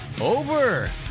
over